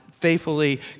faithfully